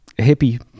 hippie